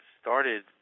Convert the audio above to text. started